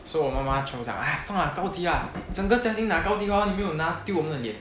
so 我妈妈全部讲 !aiya! 放啦高级啦整个家庭拿高级华文你没有拿丢我们的脸